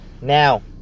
Now